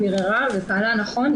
ביררה ופעלה נכון,